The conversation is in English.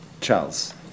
Charles